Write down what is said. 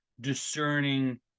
discerning